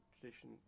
tradition